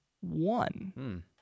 one